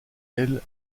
elle